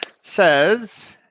says